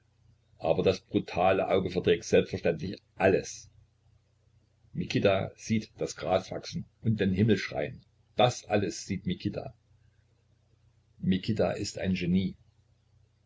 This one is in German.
aber das brutale auge verträgt selbstverständlich alles mikita sieht das gras wachsen und den himmel schreien das alles sieht mikita mikita ist ein genie